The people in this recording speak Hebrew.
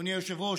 אדוני היושב-ראש.